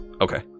Okay